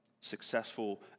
successful